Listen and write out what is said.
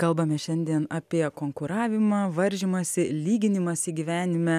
kalbame šiandien apie konkuravimą varžymąsi lyginimąsį gyvenime